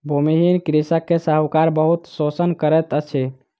भूमिहीन कृषक के साहूकार बहुत शोषण करैत अछि